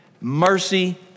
mercy